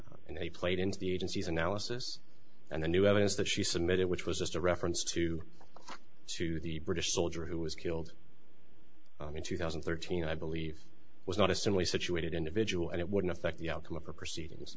didn't and they played into the agency's analysis and the new evidence that she submitted which was just a reference to to the british soldier who was killed in two thousand and thirteen i believe was not a similarly situated individual and it wouldn't affect the outcome of the proceedings